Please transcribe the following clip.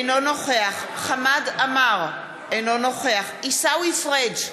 אינו נוכח חמד עמאר, אינו נוכח עיסאווי פריג'